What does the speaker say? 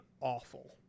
awful